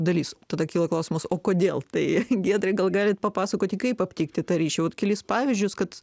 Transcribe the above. dalis tada kyla klausimas o kodėl tai giedrai gal galit papasakoti kaip aptikti tą ryšių vat kelis pavyzdžius kad